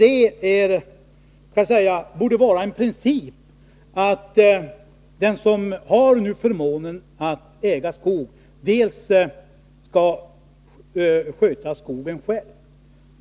Jag tycker att det borde vara en princip, att den som nu har förmånen att äga skog skall sköta skogen själv.